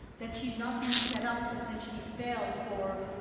that she's not being set up to essentially fail for,